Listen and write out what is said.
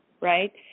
right